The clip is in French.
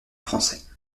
français